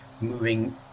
moving